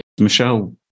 Michelle